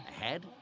ahead